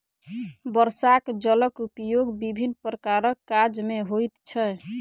वर्षाक जलक उपयोग विभिन्न प्रकारक काज मे होइत छै